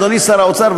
אדוני השר האוצר,